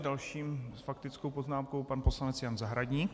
Dalším s faktickou poznámkou je pan poslanec Jan Zahradník.